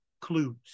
clues